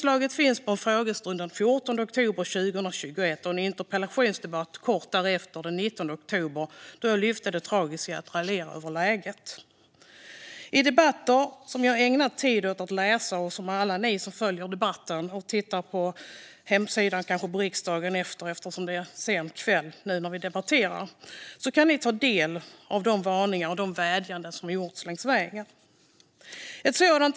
Det finns att se i frågestunden den 14 oktober 2021 och i en interpellationsdebatt kort därefter, den 19 oktober, då jag lyfte fram det tragiska i att raljera över läget. Jag har ägnat tid åt att läsa debatter, och alla ni som följer debatten eller kanske tittar på riksdagens hemsida i efterhand eftersom det nu är sen kväll kan ta del av de varningar och vädjanden som gjorts längs vägen.